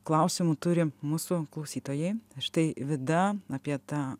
klausimų turi mūsų klausytojai štai vida apie tą